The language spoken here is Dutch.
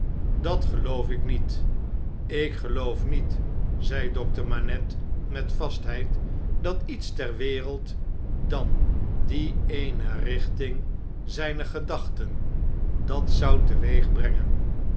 dat geloof ik niet ik geloof niet zei dokter manette met vastheid b dat iets terwereld dan die eene richting zjjner gedachten dat zou